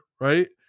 right